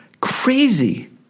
crazy